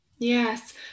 Yes